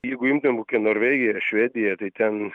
jeigu imt ten kokią norvegiją ar švediją tai ten